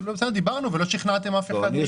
דיברנו אבל לא שכנעתם אף אחד.